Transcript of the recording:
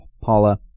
paula